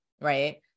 right